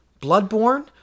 bloodborne